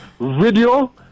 video